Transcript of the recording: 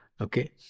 Okay